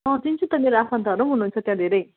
अँ चिन्छु त मेरो आफन्तहरू पनि हुनुहुन्छ त्यहाँ धेरै